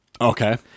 Okay